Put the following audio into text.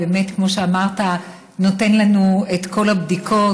שכמו שאמרת נותן לנו את כל הבדיקות,